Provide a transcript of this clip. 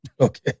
Okay